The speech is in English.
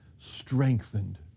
strengthened